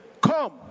Come